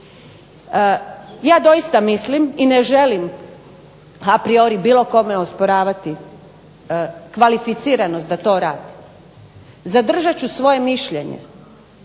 Ja doista mislim i ne želim a priori bilo kome osporavati kvalificiranost da to radi. Zadržat ću svoje mišljenje